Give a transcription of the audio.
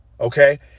okay